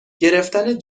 گرفتن